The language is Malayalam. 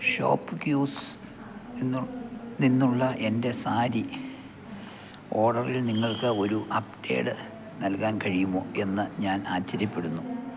ഷോപ്പ് ക്യൂസില് നിന്നുള്ള എൻ്റെ സാരി ഓർഡറിൽ നിങ്ങൾക്കൊരു അപ്ഡേറ്റ് നൽകാൻ കഴിയുമോയെന്ന് ഞാൻ ആശ്ചര്യപ്പെടുന്നു